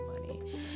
money